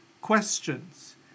questions